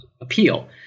appeal